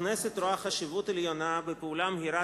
הכנסת רואה חשיבות עליונה בפעולה מהירה